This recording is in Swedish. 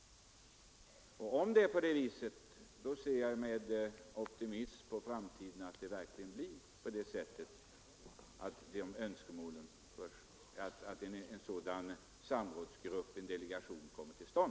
Om det är på det viset, ser jag med optimism fram emot att en samrådsgrupp skall komma till stånd.